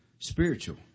spiritual